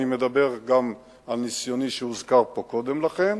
אני מדבר גם על ניסיוני שהוזכר פה קודם לכן,